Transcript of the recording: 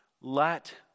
let